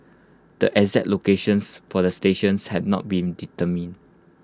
the exact locations for the stations have not been determined